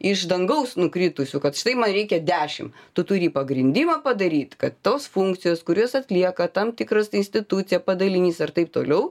iš dangaus nukritusių kad štai man reikia dešimt tu turi pagrindimą padaryt kad tos funkcijos kurias atlieka tam tikras institucija padalinys ar taip toliau